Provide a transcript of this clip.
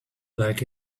like